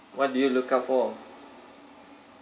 what do you look out for